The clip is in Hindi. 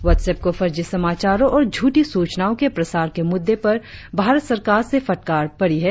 व्हाट्सऐप को फर्जी समाचारों और झूठी सूचनाओं के प्रसार के मुद्दे पर भारत सरकार से फटकार पड़ी है